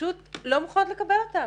פשוט לא מוכנות לקבל אותם,